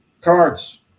cards